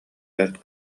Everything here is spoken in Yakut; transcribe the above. бэрт